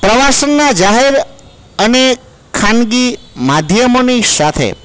પ્રવાસના જાહેર અને ખાનગી માધ્યમોની સાથે